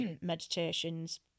meditations